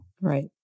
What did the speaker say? Right